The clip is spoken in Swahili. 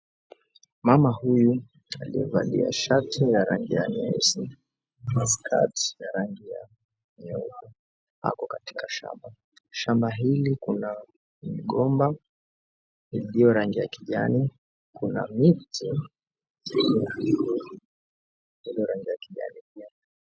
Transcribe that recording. Mama huyu aliyevalia shati la rangi ya nyeusi na sketi ya rangi ya nyeupe, ako katika shamba. Shamba hili kuna mgomba iliyo rangi ya kijani. Kuna miti iliyo rangi ya kijani pia.